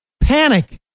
panic